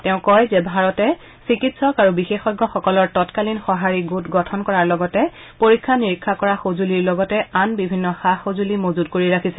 তেওঁ কয় যে ভাৰতে চিকিৎসক আৰু বিশেষজ্ঞসকলৰ তৎকালীন সঁহাৰি গোট গঠন কৰাৰ লগতে পৰীক্ষা নিৰীক্ষা কৰা সঁজুলিৰ লগতে আন বিভিন্ন সা সঁজুলি মজুত কৰি ৰাখিছে